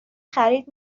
خرید